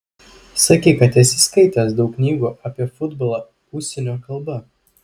sakei kad esi skaitęs daug knygų apie futbolą užsienio kalba